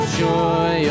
joy